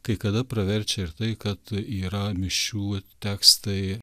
kai kada praverčia ir tai kad yra mišių tekstai